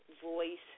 voice